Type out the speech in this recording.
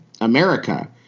America